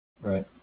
Right